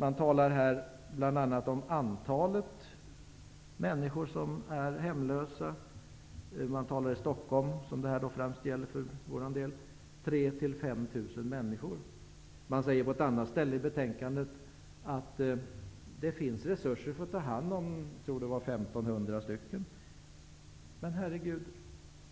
Man talar bl.a. om antalet människor som är hemlösa. I Stockholm talar man om 3 000--5 000 människor. Man säger på ett annat ställe i betänkandet att det finns resurser för att ta hand om 1 500 stycken.